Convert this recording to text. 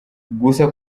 gusa